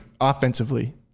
offensively